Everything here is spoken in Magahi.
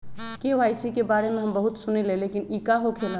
के.वाई.सी के बारे में हम बहुत सुनीले लेकिन इ का होखेला?